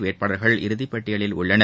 வேட்பாளர்கள் இறுதி பட்டியலில் உள்ளனர்